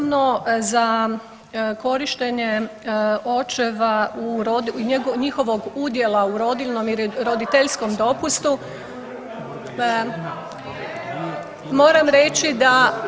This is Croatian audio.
Vezano za korištenje očeva u, njihovog udjela u rodiljnom i roditeljskom dopustu moram reći da.